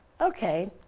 okay